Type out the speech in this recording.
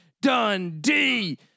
Dundee